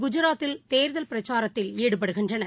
குஐராத்தில் தேர்தல் பிரச்சாரத்தில் ஈடுபடுகின்றனர்